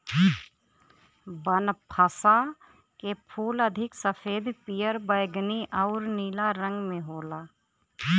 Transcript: बनफशा के फूल अधिक सफ़ेद, पियर, बैगनी आउर नीला रंग में होला